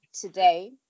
today